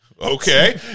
Okay